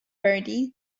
bertie